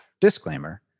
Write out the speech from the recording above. disclaimer